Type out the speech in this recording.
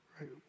right